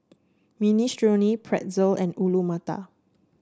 Minestrone Pretzel and Alu Matar